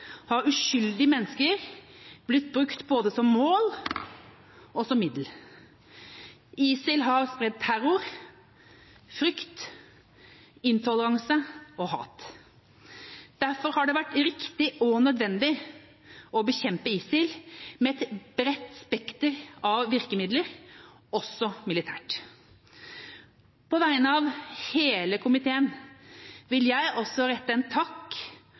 er uskyldige mennesker blitt brukt både som mål og som middel. ISIL har spredd terror, frykt, intoleranse og hat. Derfor har det vært riktig og nødvendig å bekjempe ISIL med et bredt spekter av virkemidler, også militært. På vegne av hele komiteen vil jeg også rette en takk